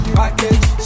package